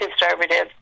conservative